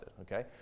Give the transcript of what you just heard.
okay